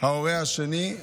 ההורה השני,